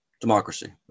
democracy